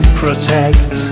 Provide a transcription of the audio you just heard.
protect